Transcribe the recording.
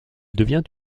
devient